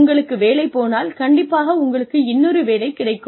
உங்களுக்கு வேலை போனால் கண்டிப்பாக உங்களுக்கு இன்னொரு வேலை கிடைக்கும்